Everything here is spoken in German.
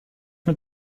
mit